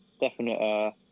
definite